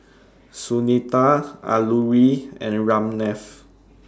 Sunita Alluri and Ramnath